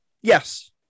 Yes